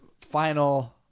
final